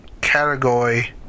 category